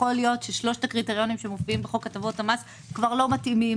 יכול להיות ששלושת הקריטריונים שמופיעים בחוק הטבות המס כבר לא מתאימים,